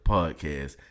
Podcast